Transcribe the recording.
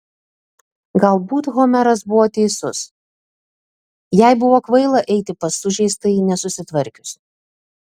galbūt homeras buvo teisus jai buvo kvaila eiti pas sužeistąjį nesusitvarkius